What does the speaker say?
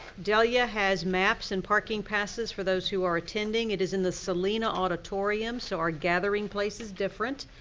delia has maps and parking passes for those who are attending. it is in the selena auditorium. so, our gathering place is different.